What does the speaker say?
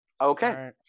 Okay